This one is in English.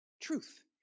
truth